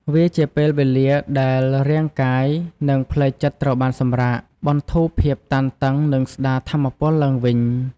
វាជាពេលវេលាដែលរាងកាយ និងផ្លូវចិត្តត្រូវបានសម្រាក បន្ធូរភាពតានតឹង និងស្តារថាមពលឡើងវិញ។